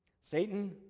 Satan